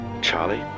Charlie